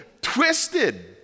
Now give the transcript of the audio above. twisted